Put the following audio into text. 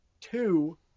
two